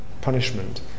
punishment